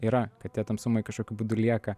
yra kad tie tamsumai kažkokiu būdu lieka